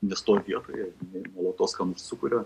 nestovi vietoje ir nuolatos ką nors sukuria